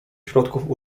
środków